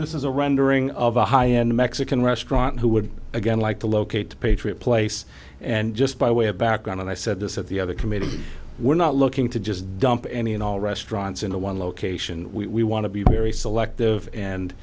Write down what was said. this is a rendering of a high end mexican restaurant who would again like to locate patriot place and just by way of background and i said this at the other committee we're not looking to just dump any and all restaurants into one location we want to be very selective and